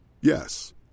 Yes